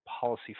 policy